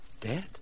Dead